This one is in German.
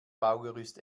baugerüst